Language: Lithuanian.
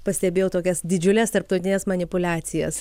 pastebėjau tokias didžiules tarptautines manipuliacijas